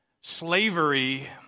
slavery